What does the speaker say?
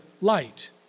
light